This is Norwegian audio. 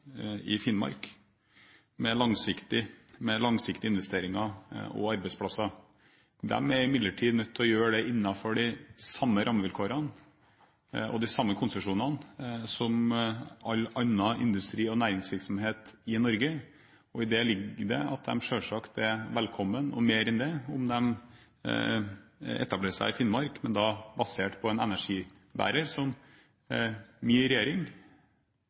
i Finnmark, med langsiktige investeringer og arbeidsplasser. De er imidlertid nødt til å gjøre det innenfor de samme rammevilkårene og de samme konsesjonene som all annen industri- og næringsvirksomhet i Norge. I det ligger det at de selvsagt er mer enn velkommen om de etablerer seg i Finnmark, men da basert på en energibærer som